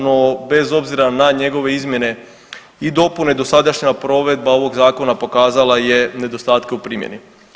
No bez obzira na njegove izmjene i dopune dosadašnja provedba ovog zakona pokazala je nedostatke u primjeni.